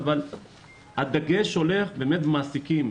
אבל הדגש הולך למעסיקים.